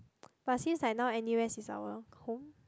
but since like now N_U_S is our home